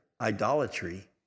Idolatry